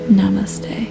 namaste